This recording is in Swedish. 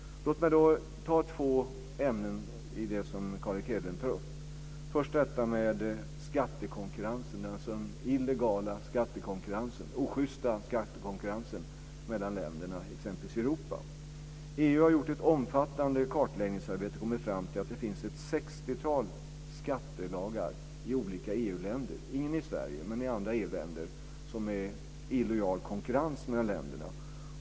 Låt mig ta två ämnen som Carl Erik Hedlund tar upp, först detta med skattekonkurrensen, alltså den illegala och oschysta skattekonkurrensen mellan länderna i exempelvis Europa. EU har gjort ett omfattande kartläggningsarbete och kommit fram till att det finns ett sextiotal skattelagar i olika EU-länder, ingen i Sverige men i andra EU-länder, som leder till illojal konkurrens mellan länderna.